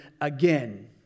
again